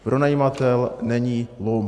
Pronajímatel není lump.